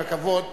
כל הכבוד.